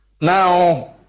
Now